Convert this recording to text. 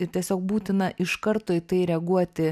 ir tiesiog būtina iš karto į tai reaguoti